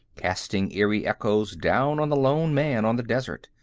casting eerie echoes down on the lone man on the desert.